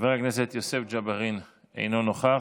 חבר הכנסת יוסף ג'בארין, אינו נוכח.